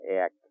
act